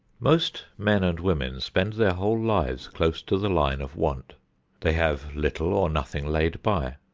most men and women spend their whole lives close to the line of want they have little or nothing laid by.